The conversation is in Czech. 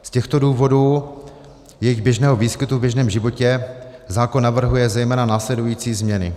Z těchto důvodů jejich běžného výskytu v běžném životě zákon navrhuje zejména následující změny.